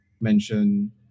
mention